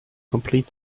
complete